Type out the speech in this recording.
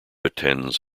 attends